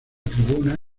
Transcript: tribuna